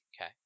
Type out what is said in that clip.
Okay